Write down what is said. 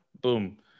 Boom